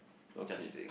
just saying